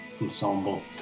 Ensemble